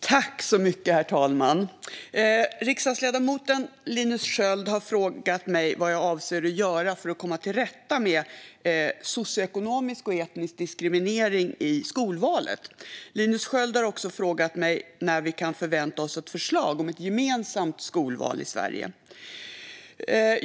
Herr talman! Riksdagsledamoten Linus Sköld har frågat mig vad jag avser att göra för att komma till rätta med socioekonomisk och etnisk diskriminering i skolvalet. Linus Sköld har också frågat mig när vi kan förvänta oss ett förslag om ett gemensamt skolval i Sverige.